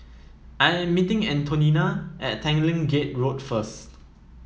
I am meeting Antonina at Tanglin Gate Road first